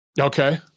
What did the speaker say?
Okay